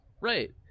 Right